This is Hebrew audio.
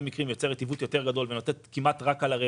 מקרים יוצרת עיוות גדול יותר ונותנת כמעט רק על הרווח.